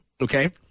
okay